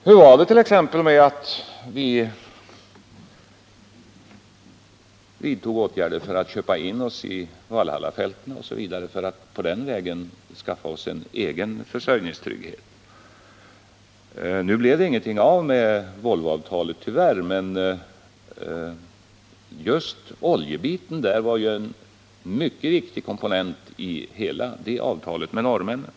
Hur var det t.ex. med de åtgärder vi vidtog för att köpa in oss i Valhallfälten för att på den vägen skaffa oss en egen försörjningstrygghet? Nu blev det tyvärr ingenting av Volvoavtalet, men dess I oljedel var ju en mycket viktig komponent i hela detta planerade avtal med norrmännen.